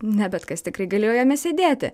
ne bet kas tikrai galėjo jame sėdėti